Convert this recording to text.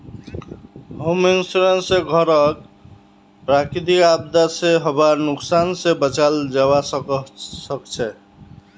home insurance स घरक प्राकृतिक आपदा स हबार नुकसान स बचाल जबा सक छह